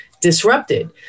disrupted